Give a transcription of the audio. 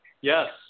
Yes